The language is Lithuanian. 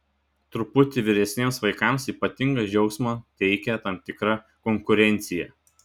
truputį vyresniems vaikams ypatingą džiaugsmą teikia tam tikra konkurencija